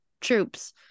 troops